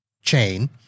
chain